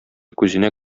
күзенә